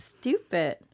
stupid